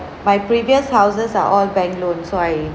my previous houses are all bank loan so I